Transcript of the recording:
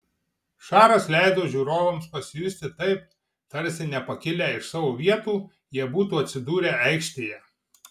šaras leido žiūrovams pasijusti taip tarsi nepakilę iš savo vietų jie būtų atsidūrę aikštėje